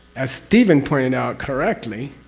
as steven pointed out correctly,